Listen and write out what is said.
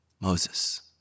Moses